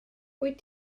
wyt